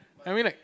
I mean like